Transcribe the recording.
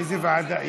איזו ועדה?